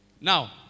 Now